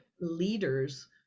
leaders